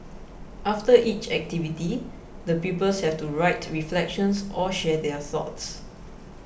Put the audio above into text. after each activity the pupils have to write reflections or share their thoughts